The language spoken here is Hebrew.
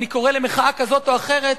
אני קורא למחאה כזאת או אחרת,